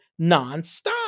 nonstop